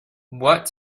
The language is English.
what